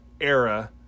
era